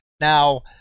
Now